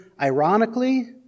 ironically